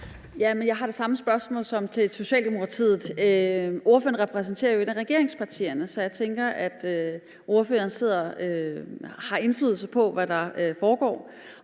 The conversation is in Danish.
Jeg har det samme spørgsmål, som jeg også havde til Socialdemokratiet. Ordføreren repræsenterer jo et af regeringspartierne, så jeg tænker, at ordføreren har indflydelse på, hvad der foregår.